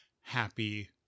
happy